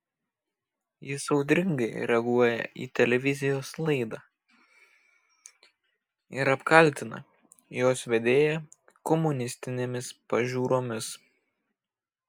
jis audringai reaguoja į televizijos laidą ir apkaltina jos vedėją komunistinėmis pažiūromis